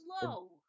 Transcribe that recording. slow